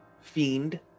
fiend